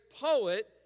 poet